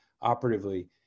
operatively